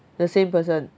the same person